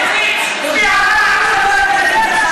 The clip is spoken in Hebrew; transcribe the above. מי רצח אותם?